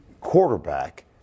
quarterback